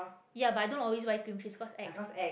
ya but I don't always buy cream cheese cause ex